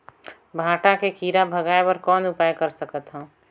भांटा के कीरा भगाय बर कौन उपाय कर सकथव?